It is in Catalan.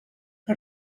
per